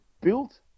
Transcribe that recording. built